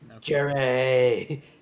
jerry